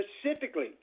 specifically